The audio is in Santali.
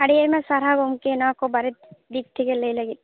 ᱟᱹᱰᱤ ᱟᱭᱢᱟ ᱥᱟᱨᱦᱟᱣ ᱜᱚᱢᱠᱮ ᱱᱚᱣᱟ ᱠᱚ ᱵᱟᱨᱮ ᱫᱤᱠ ᱛᱷᱮᱠᱮ ᱞᱟᱹᱭ ᱞᱟᱹᱜᱤᱫ